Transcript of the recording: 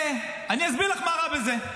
אני אסביר לך מה רע בזה.